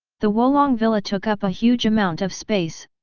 the wolong villa took up a huge amount of space,